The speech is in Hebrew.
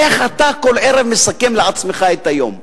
איך אתה כל ערב מסכם לעצמך את היום?